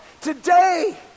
Today